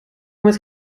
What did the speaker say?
met